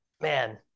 Man